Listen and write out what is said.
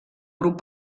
grup